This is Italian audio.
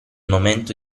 momento